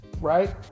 right